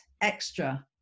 extra